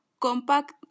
compact